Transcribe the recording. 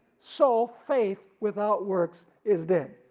so faith without works is dead.